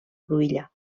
cruïlla